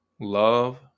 love